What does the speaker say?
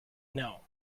know